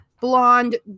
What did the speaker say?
blonde